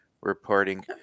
reporting